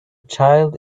child